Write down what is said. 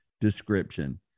description